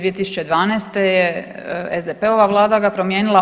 2012. je SDP-ova Vlada ga promijenila.